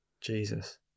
Jesus